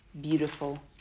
beautiful